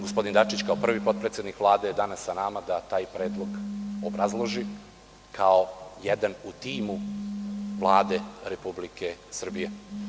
Gospodin Dačić, kao prvi potpredsednik Vlade je danas sa nama da taj predlog obrazloži, kao jedan u timu Vlade Republike Srbije.